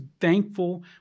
thankful